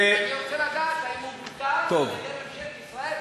אני רוצה לדעת אם הוא בוטל על-ידי ממשלת ישראל,